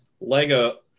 Lego